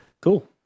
Cool